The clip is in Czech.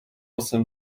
jsem